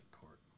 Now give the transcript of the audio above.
Court